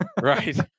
Right